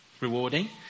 rewarding